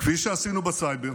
כפי שעשינו בסייבר.